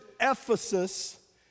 Ephesus